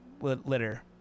litter